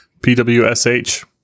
PWSH